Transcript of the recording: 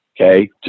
Okay